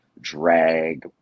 drag